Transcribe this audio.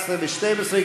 11 ו-12,